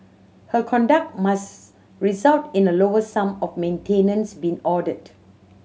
her conduct must result in a lower sum of maintenance being ordered